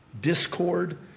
discord